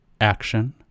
Action